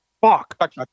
Fuck